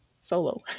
solo